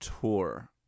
tour